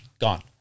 gone